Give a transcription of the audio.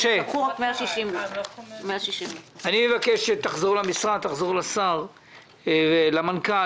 משה, אני מבקש שתחזור לשר ולמנכ"ל.